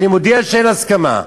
אני מודיע שאין הסכמה.